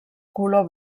color